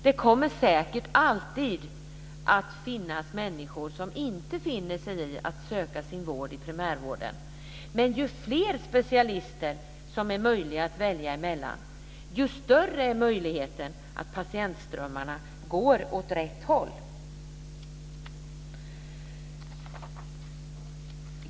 Det kommer säkert alltid att finnas människor som inte finner sig i att söka sin vård i primärvården, men ju fler specialister som det är möjligt att välja mellan, desto större är möjligheten att patientströmmarna går åt rätt håll.